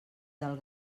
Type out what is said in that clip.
del